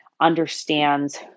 understands